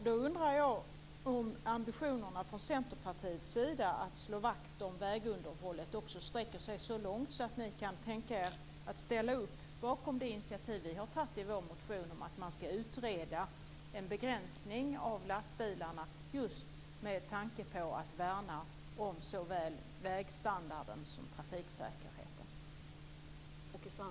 Då undrar jag om ambitionerna från Centerpartiets sida att slå vakt om vägunderhållet sträcker sig så långt att ni kan tänka er att ställa upp på det initiativ som vi har tagit i vår motion, att man ska utreda en begränsning av lastbilarna just med tanke på att värna såväl vägstandarden som trafiksäkerheten.